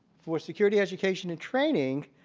for security education and training,